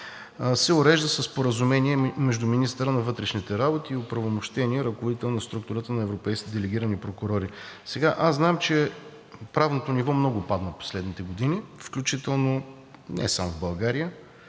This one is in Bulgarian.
се урежда със споразумение между министъра на вътрешните работи и оправомощения ръководител на структурата на европейските делегирани прокурори.“ Знам, че правното ниво много падна в последните години, включително – не само в България,